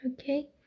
okay